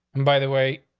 and by the way,